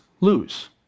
lose